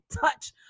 touch